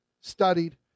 studied